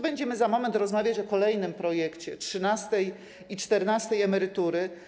Będziemy za moment rozmawiać o kolejnym projekcie dotyczącym trzynastej i czternastej emerytury.